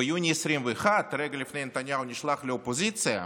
ביוני 2021, רגע לפני שנתניהו נשלח לאופוזיציה,